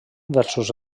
versus